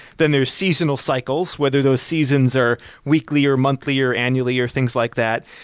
then there's seasonal cycles, whether those seasons are weekly or monthly or annually or things like that.